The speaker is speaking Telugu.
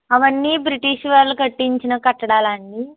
అవన్నీ బ్రిటిష్ వాళ్ళు కట్టించిన కట్టడాలా అండి